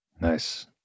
nice